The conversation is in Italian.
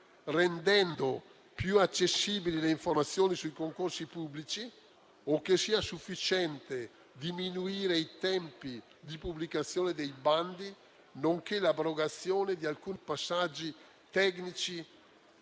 rendendo più accessibili le informazioni sui concorsi pubblici, o che sia sufficiente diminuire i tempi di pubblicazione dei bandi, nonché l'abrogazione di alcuni passaggi tecnici